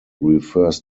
refers